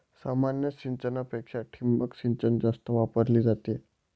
सामान्य सिंचनापेक्षा ठिबक सिंचन जास्त वापरली जाते